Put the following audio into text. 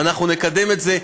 ואנחנו נקדם את זה.